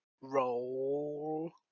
roll